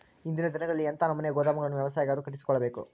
ಇಂದಿನ ದಿನಗಳಲ್ಲಿ ಎಂಥ ನಮೂನೆ ಗೋದಾಮುಗಳನ್ನು ವ್ಯವಸಾಯಗಾರರು ಕಟ್ಟಿಸಿಕೊಳ್ಳಬೇಕು?